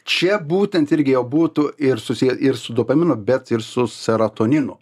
čia būtent irgi jau būtų ir susiję ir su dopamino bet ir su serotoninu